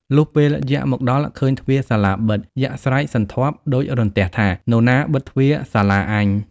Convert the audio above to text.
លុះពេលយក្សមកដល់ឃើញទ្វារសាលាបិទ យក្សស្រែកសន្ធាប់ដូចរន្ទះថា "នរណាបិទទ្វារសាលាអញ?”។